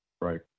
Right